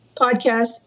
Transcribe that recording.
podcast